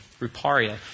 ruparia